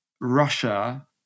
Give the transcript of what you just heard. Russia